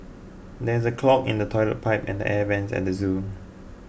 there is a clog in the Toilet Pipe and the Air Vents at the zoo